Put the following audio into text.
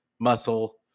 muscle